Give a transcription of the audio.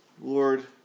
Lord